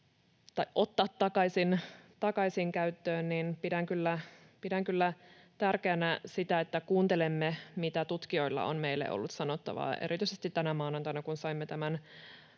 ottaa takaisin käyttöön, että pidän kyllä tärkeänä sitä, että kuuntelemme, mitä tutkijoilla on meille sanottavaa, erityisesti tänä maanantaina, kun saimme